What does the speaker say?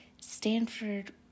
Stanford